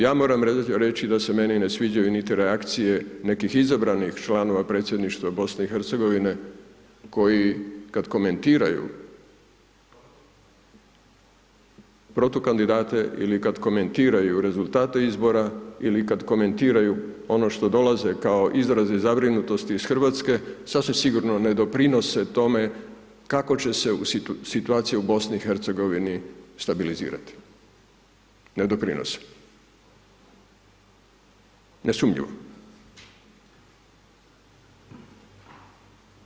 Ja moram reći da se meni ne sviđaju niti reakcije, nekih izabranih članova predsjedništva BIH, koji kada komentiraju protukandidate ili kada komentiraju rezultate izbora ili kada komentiraju ono što dolaze kao izraze zabrinutosti i z Hrvatske, sasvim sigurno ne doprinose tome, kao će se situacija u BIH stabilizirati, ne doprinose, nesumnjivo.